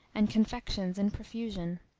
and confections in profusion.